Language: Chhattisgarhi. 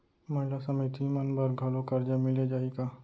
महिला समिति मन बर घलो करजा मिले जाही का?